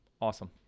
Awesome